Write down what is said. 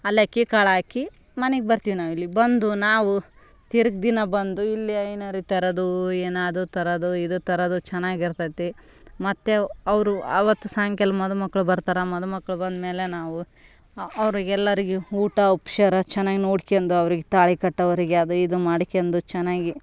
ಅಲ್ಲೇ ಅಕ್ಕಿ ಕಾಳು ಹಾಕಿ ಮನೆಗ್ ಬರ್ತೀವಿ ನಾವಿಲ್ಲಿ ಬಂದು ನಾವು ತಿರ್ಗ ದಿನ ಬಂದು ಇಲ್ಲಿ ಏನಾರ ಈ ಥರದ್ದು ಏನಾ ಅದು ತರೋದು ಇದ ತರೋದು ಚೆನ್ನಾಗ್ ಇರ್ತತಿ ಮತ್ತು ಅವರು ಆವತ್ತು ಸಾಯಂಕಾಲ ಮದುಮಕ್ಕಳು ಬರ್ತಾರೆ ಮದುಮಕ್ಕಳು ಬಂದಮೇಲೆ ನಾವು ಅವ್ರಿಗೆ ಎಲ್ಲರಿಗು ಊಟ ಉಪಚಾರ ಚೆನ್ನಾಗ್ ನೋಡ್ಕೆಂಡು ಅವ್ರಿಗೆ ತಾಳಿ ಕಟ್ಟೋರಿಗೆ ಅದು ಇದು ಮಾಡ್ಕೆಂಡು ಚೆನ್ನಾಗಿ